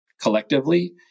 collectively